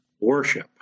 worship